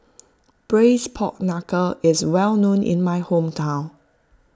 Braised Pork Knuckle is well known in my hometown